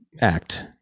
act